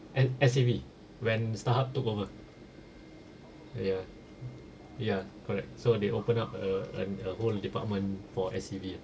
and S_C_V when Starhub took over ya ya correct so they open up a an a whole department for S_C_V ah